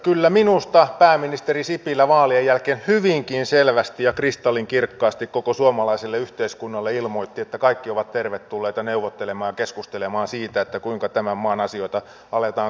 kyllä minusta pääministeri sipilä vaalien jälkeen hyvinkin selvästi ja kristallinkirkkaasti koko suomalaiselle yhteiskunnalle ilmoitti että kaikki ovat tervetulleita neuvottelemaan ja keskustelemaan siitä kuinka tämän maan asioita aletaan kuntoon laittaa